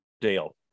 Dale